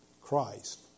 Christ